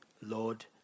Lord